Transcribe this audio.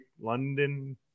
London